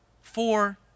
Four